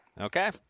Okay